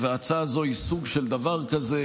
וההצעה הזו היא סוג של דבר כזה,